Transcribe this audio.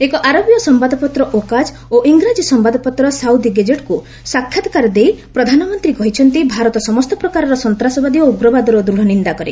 ଏକ ଆରବୀୟ ସମ୍ଭାଦପତ୍ର 'ଓକାଜ୍' ଓ ଇଂରାଜୀ ସମ୍ଭାଦପତ୍ର 'ସାଉଦି ଗେଜେଟ୍'କୁ ସାକ୍ଷାତ୍କାର ଦେଇ ପ୍ରଧାନମନ୍ତ୍ରୀ କହିଛନ୍ତି ଭାରତ ସମସ୍ତ ପ୍ରକାରର ସନ୍ତାସବାଦୀ ଓ ଉଗ୍ରବାଦର ଦୃଢ଼ ନିନ୍ଦା କରେ